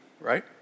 right